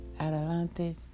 adelante